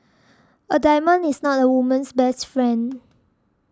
a diamond is not a woman's best friend